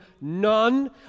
none